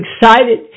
excited